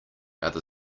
other